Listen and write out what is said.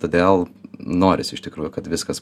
todėl norisi iš tikrųjų kad viskas